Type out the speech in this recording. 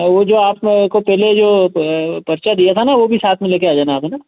और वो जो आप को पहले जो पर्चा दिया था ना वो भी साथ में लेकर आ जाना आप है ना